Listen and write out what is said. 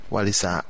Walisa